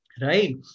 Right